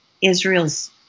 Israel's